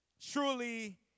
truly